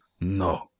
No